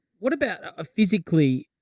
what about, ah, physically.